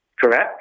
correct